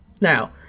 now